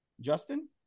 Justin